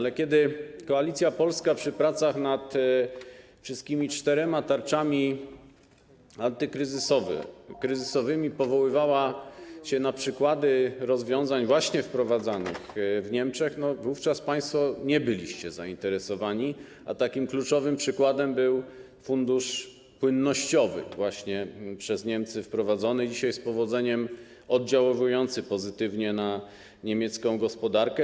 Otóż kiedy Koalicja Polska przy pracach nad wszystkimi czterema tarczami antykryzysowymi powoływała się na przykłady rozwiązań właśnie wprowadzanych w Niemczech, wówczas państwo nie byliście zainteresowani, a takim kluczowym przykładem był fundusz płynnościowy właśnie przez Niemcy wprowadzony, dzisiaj pozytywnie, z powodzeniem oddziałujący na niemiecką gospodarkę.